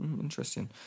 interesting